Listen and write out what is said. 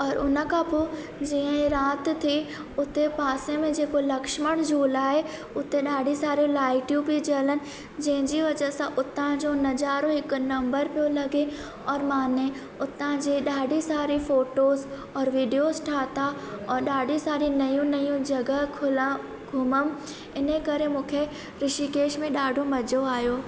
और उन खां पोइ जीअं ई रात थी उते पासे में जेको लक्ष्मण झूला जे उते ॾाढी सारियूं लाइटियूं पियूं जलनि जंहिंजी वजह सां हुतां जो नज़ारो हिकु नंबर पियो लॻे औरि मां अने उतां जी ॾाढी सारी फोटोस औरि वीडियोस ठाहियां औरि ॾाढी सारी नयूं नयूं जॻह घुला घुमियमि इन करे मूंखे ॠषिकेश में ॾाढो मज़ो आहियो